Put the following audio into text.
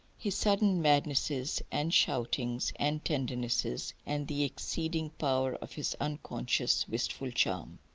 his sudden madnesses and shoutings and tendernesses, and the exceeding power of his unconscious wistful charm.